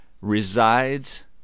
resides